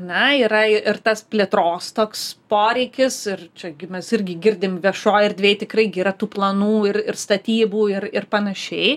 na yra ir tas plėtros toks poreikis ir čia mes irgi girdim viešoj erdvėj tikrai gi yra tų planų ir ir statybų ir ir panašiai